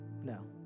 No